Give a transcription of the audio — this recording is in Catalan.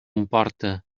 emporta